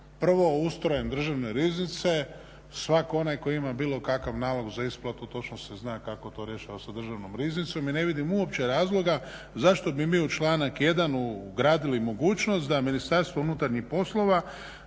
Prvo, ustrojem Državne riznice svak onaj tko ima bilo kakav nalog za isplatu točno se zna kako to rješava sa Državnom riznicom i ne vidim uopće razloga zašto bi mi u članak ugradili mogućnost da Ministarstvo unutarnjih poslova